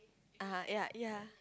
uh [huh] ya ya